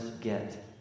get